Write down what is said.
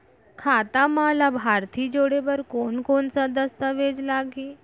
खाता म लाभार्थी जोड़े बर कोन कोन स दस्तावेज लागही?